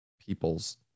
people's